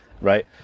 right